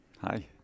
Hi